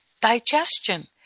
digestion